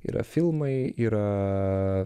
yra filmai yra